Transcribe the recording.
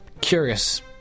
curious